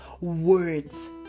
words